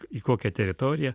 į kokią teritoriją